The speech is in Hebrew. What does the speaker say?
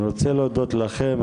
אני רוצה להודות לכם,